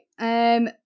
Okay